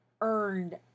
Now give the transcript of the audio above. earned